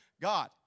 God